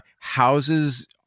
houses